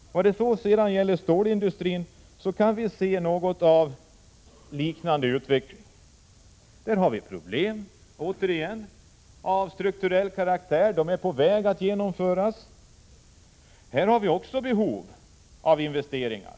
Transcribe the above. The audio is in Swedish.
Vad sedan gäller stålindustrin kan vi se en liknande utveckling. Där har vi också problem av strukturell karaktär. En strukturuppgörelse är på väg att genomföras, och här finns också behov av stora investeringar.